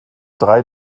drei